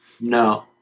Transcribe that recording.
No